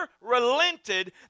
relented